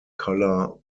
color